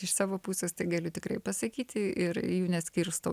iš savo pusės tai galiu tikrai pasakyti ir jų neskirstau